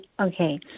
Okay